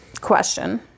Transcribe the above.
question